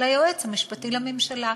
ליועץ המשפטי לממשלה.